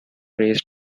race